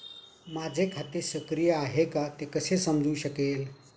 माझे खाते सक्रिय आहे का ते कसे समजू शकेल?